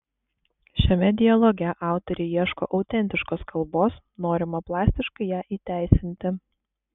šiame dialoge autoriai ieško autentiškos kalbos norima plastiškai ją įteisinti